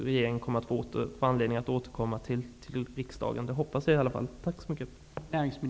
Regeringen har därmed anledning att återkomma till riksdagen. Det hoppas jag i varje fall.